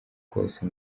kose